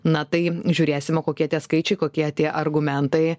na tai žiūrėsime kokie tie skaičiai kokie tie argumentai